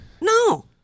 No